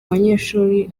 banyeshuri